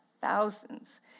thousands